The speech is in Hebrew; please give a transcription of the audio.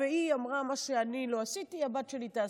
והיא אמרה: מה שאני לא עשיתי הבת שלי תעשה.